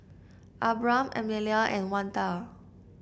Abram Emilia and Oneta